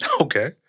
Okay